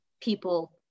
people